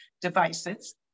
devices